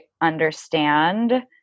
understand